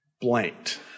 blanked